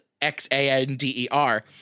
X-A-N-D-E-R